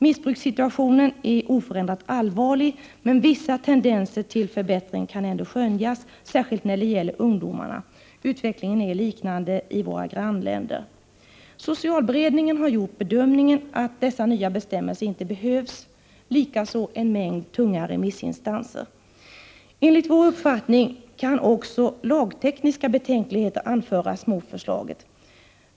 Missbrukssituationen är oförändrat allvarlig, men vissa tendenser till förbätt ring kan ändå skönjas, särskilt när det gäller ungdomarna. Utvecklingen är liknande i våra grannländer. Socialberedningen har gjort bedömningen att dessa nya bestämmelser inte behövs, likaså en mängd tunga remissinstanser. Enligt vår uppfattning har också lagtekniska betänkligheter anförts mot förslaget.